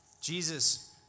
Jesus